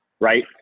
Right